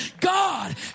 God